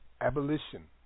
abolition